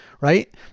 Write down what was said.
Right